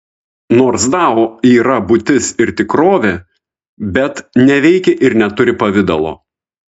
nors dao yra būtis ir tikrovė bet neveikia ir neturi pavidalo